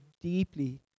deeply